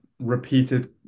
repeated